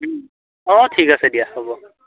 অঁ ঠিক আছে দিয়া হ'ব